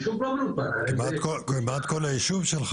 מהבתים?